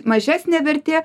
mažesnė vertė